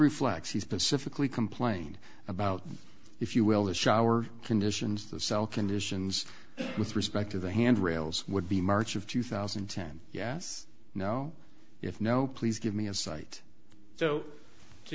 reflects he specifically complained about if you will the shower conditions the cell conditions with respect to the handrails would be march of two thousand and ten yes no if no please give me a cite so